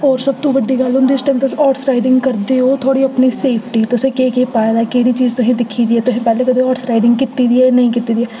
होर सब तू बड्डी गल्ल होंदी जिस टाइम तुस हार्स राइडिंग करदे ओ थुआढ़ी अपनी सेफ्टी तुसें केह् केह् पाए दा केह्ड़ी चीज तुसें दिक्खी दी ऐ तुसें पैह्लें कदें हार्स राइडिंग कीती दी ऐ नेईं कीती दी